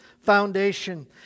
foundation